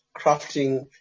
crafting